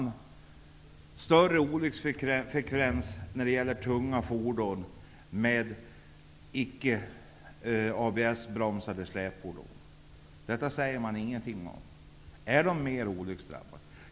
Är det större olycksfrekvens för tunga fordon med släpvagn som icke har ABS-bromsar? Detta säger man ingenting om. Är dessa mer olycksdrabbade?